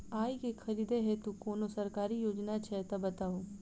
आइ केँ खरीदै हेतु कोनो सरकारी योजना छै तऽ बताउ?